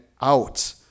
out